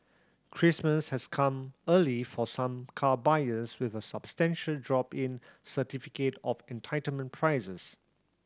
Christmas has come early for some car buyers with a substantial drop in certificate of entitlement prices